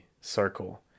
circle